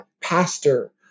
pastor